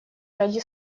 ради